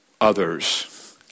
others